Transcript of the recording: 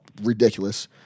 ridiculous